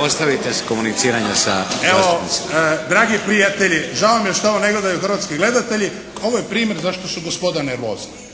ostavite se komuniciranja sa zastupnicima. **Šuker, Ivan (HDZ)** Evo dragi prijatelji, žao mi je što ovo ne gledaju hrvatski gledatelji, ovo je primjer zašto su gospoda nervozna.